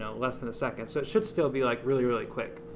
ah less than a second, so it should still be like really, really quick,